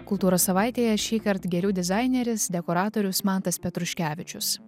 kultūros savaitėje šįkart gėlių dizaineris dekoratorius mantas petruškevičius